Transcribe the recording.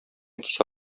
кисә